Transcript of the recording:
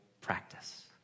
practice